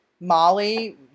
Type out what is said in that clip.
molly